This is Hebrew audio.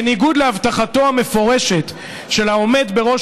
בניגוד להבטחתו המפורשת של העומד בראש